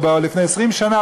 או לפני 20 שנה,